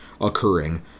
occurring